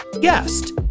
guest